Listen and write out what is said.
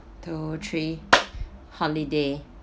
two three holiday